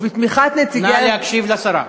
נא להקשיב לשרה.